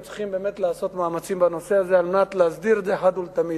וצריך לעשות מאמצים בנושא הזה על מנת להסדיר את זה אחת ולתמיד.